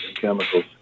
Chemicals